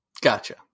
Gotcha